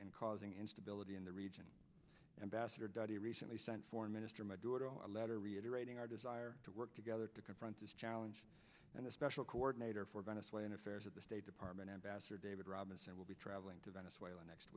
and causing instability in the region embassador dudie recently sent foreign minister my daughter a letter reiterating our desire to work together to confront this challenge and the special coordinator for going to swain affairs at the state department ambassador david robinson will be traveling to venezuela next